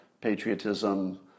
patriotism